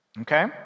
Okay